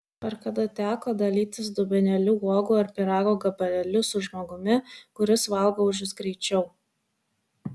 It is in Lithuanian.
ar kada teko dalytis dubenėliu uogų ar pyrago gabalėliu su žmogumi kuris valgo už jus greičiau